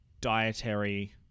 dietary